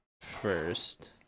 first